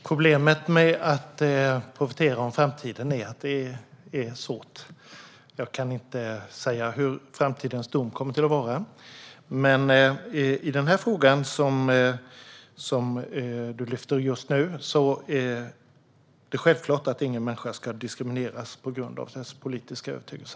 Herr talman! Problemet med att profetera om framtiden är att det är svårt. Jag kan inte säga hur framtidens dom kommer att vara. Men det är självklart att ingen människa ska diskrimineras på grund av sin politiska övertygelse.